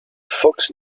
fox